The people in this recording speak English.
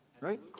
Right